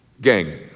Gang